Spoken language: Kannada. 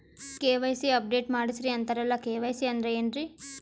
ಕೆ.ವೈ.ಸಿ ಅಪಡೇಟ ಮಾಡಸ್ರೀ ಅಂತರಲ್ಲ ಕೆ.ವೈ.ಸಿ ಅಂದ್ರ ಏನ್ರೀ?